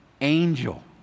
angel